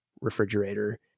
refrigerator